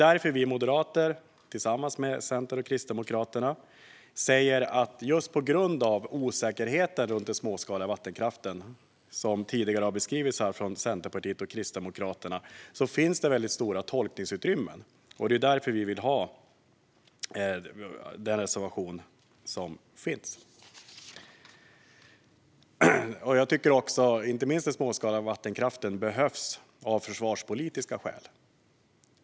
På grund av osäkerheten vad gäller den småskaliga vattenkraften, som Centern och Kristdemokraterna tidigare har beskrivit, finns det stora tolkningsutrymmen, och det är därför vi moderater har en reservation tillsammans med Centern och Kristdemokraterna. Hushållningen med mark och vatten-områden Den småskaliga vattenkraften behövs också av försvarspolitiska skäl.